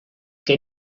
que